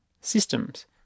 systems